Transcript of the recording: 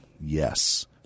Yes